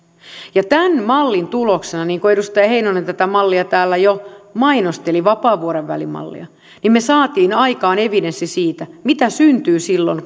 tämän mallin tuloksena niin kuin edustaja heinonen tätä mallia täällä jo mainosteli vapaavuoren välimallia me saimme aikaan evidenssin siitä mitä syntyy silloin